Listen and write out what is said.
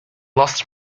lost